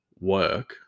work